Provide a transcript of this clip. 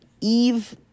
Eve